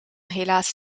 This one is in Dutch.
helaas